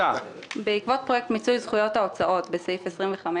בעקבות פרויקט מיצוי זכויות ההוצאות בסעיף 25,